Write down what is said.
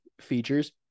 features